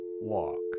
walk